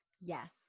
Yes